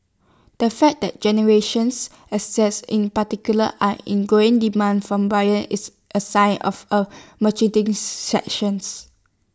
the fact that generations assets in particular are in growing demand from buyers is A sign of A sections